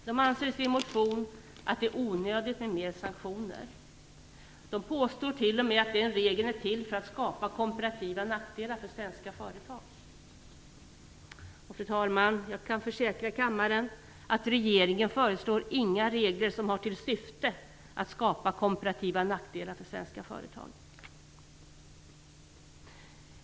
De anser i sin motion att det är onödigt med fler sanktioner. De påstår t.o.m. att denna regel är till för att skapa komparativa nackdelar för svenska företag. Fru talman! Jag kan försäkra kammaren att regeringen inte föreslår några regler som har till syfte att skapa komparativa nackdelar för svenska företag.